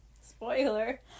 Spoiler